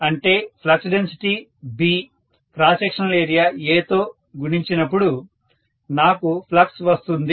అంటే flux density B cross sectional area A తో గుణించినప్పుడు నాకు ఫ్లక్స్ వస్తుంది